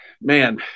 man